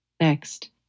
Next